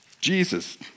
Jesus